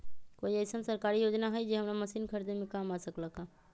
कोइ अईसन सरकारी योजना हई जे हमरा मशीन खरीदे में काम आ सकलक ह?